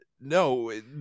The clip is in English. No